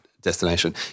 Destination